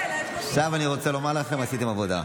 עכשיו, אני רוצה לומר לכם, עשיתם עבודה.